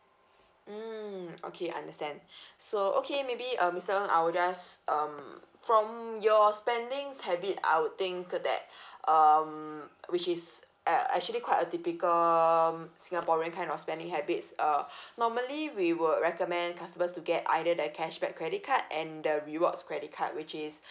mm okay I understand so okay maybe uh mister ng I will just um from your spendings habit I would think to that um which is a~ actually quite a typical singaporean kind of spending habits uh normally we will recommend customers to get either the cashback credit card and the rewards credit card which is